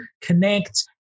connect